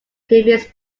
previous